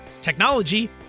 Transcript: technology